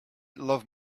love